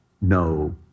no